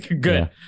Good